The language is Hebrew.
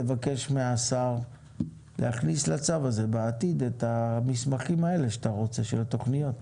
לבקש מהשר להכניס לצו הזה בעתיד את המסמכים האלה שאתה רוצה של התכניות.